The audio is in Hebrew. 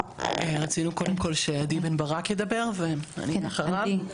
רצינו קודם כל שעדי בן ברק ידבר ואני אחריו.